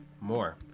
More